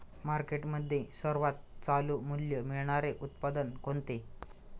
मार्केटमध्ये सर्वात चालू मूल्य मिळणारे उत्पादन कोणते?